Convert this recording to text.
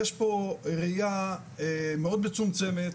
יש פה ראיה מאוד מצומצמת,